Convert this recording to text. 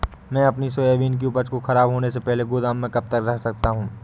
मैं अपनी सोयाबीन की उपज को ख़राब होने से पहले गोदाम में कब तक रख सकता हूँ?